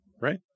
Right